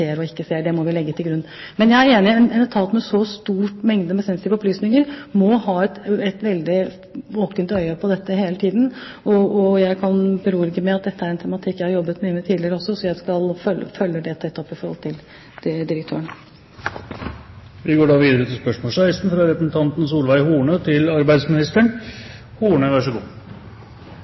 og ikke ser. Det må vi legge til grunn. Men jeg er enig i at en så stor etat med sensitive opplysninger må ha et våkent øye på dette hele tiden, og jeg kan berolige med at dette er en tematikk jeg har jobbet mye med tidligere også, så jeg følger det tett opp i forhold til direktøren. Jeg vil stille følgende spørsmål til arbeidsministeren: «Det har den senere tiden vært stort fokus på Nav og tidsfrister. I denne sammenheng så